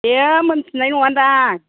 बेयो मिन्थिनाय नङादां